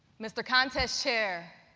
mr. contest chair,